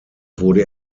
wurde